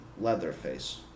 Leatherface